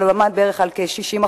אבל הוא עמד בערך על 60%,